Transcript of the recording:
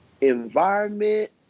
environment